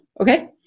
Okay